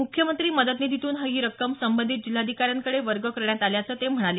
मुख्यमंत्री मदत निधीतून ही रक्कम संबंधित जिल्हाधिकाऱ्यांकडे वर्ग करण्यात आल्याचं ते म्हणाले